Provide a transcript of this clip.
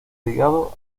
ligado